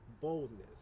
Boldness